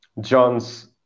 John's